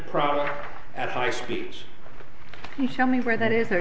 product at high speeds you tell me where that is a